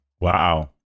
Wow